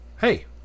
hey